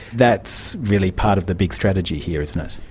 that's really part of the big strategy here, isn't it.